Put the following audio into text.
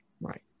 Right